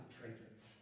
trinkets